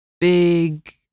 big